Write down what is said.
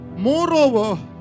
Moreover